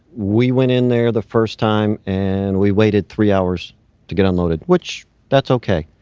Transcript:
we went in there the first time and we waited three hours to get unloaded, which that's okay.